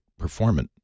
performant